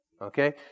okay